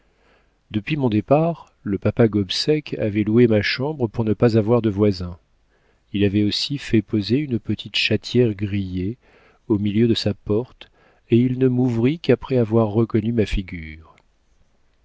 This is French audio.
depuis mon départ le papa gobseck avait loué ma chambre pour ne pas avoir de voisin il avait aussi fait poser une petite chatière grillée au milieu de sa porte et il ne m'ouvrit qu'après avoir reconnu ma figure